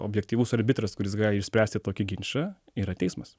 objektyvus arbitras kuris gali išspręsti tokį ginčą yra teismas